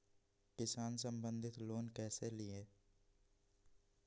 किसान संबंधित लोन कैसै लिये?